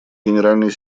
генеральный